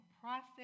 process